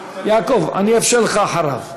יעקב, אני אאפשר לך אחריו.